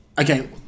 okay